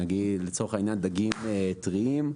לצורך העניין דגים טריים,